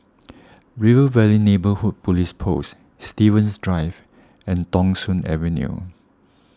River Valley Neighbourhood Police Post Stevens Drive and Thong Soon Avenue